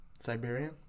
Siberian